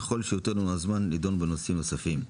ככל שייתן לנו הזמן להידון בנושאים נוספים.